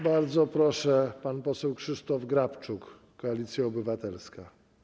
Bardzo proszę, pan poseł Krzysztof Grabczuk, Koalicja Obywatelska.